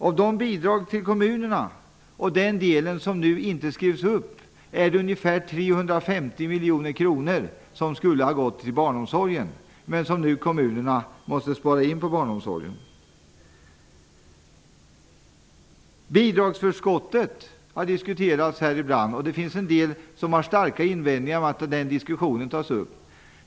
Av den del av bidragen till kommunerna som inte skrivs upp skulle ungefär 350 miljoner kronor ha gått till barnomsorgen, pengar som kommunerna nu måste spara in på sin barnomsorg. Bidragsförskottet har diskuterats här ibland, och det finns en del som har starka invändningar mot att den diskussionen tas upp.